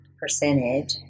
percentage